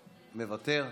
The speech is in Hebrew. מוותר,